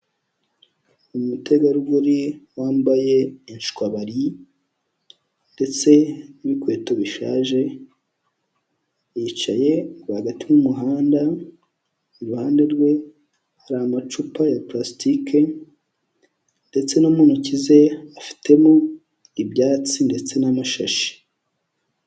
Umutegarugori wambaye ushwabari ndetse n'inkweto bishaje, yicaye rwagati mu muhanda iruhande rwe hari amacupa ya purastike, ndetse no mu ntoki ze afitemo ibyatsi ndetse n'amashashi.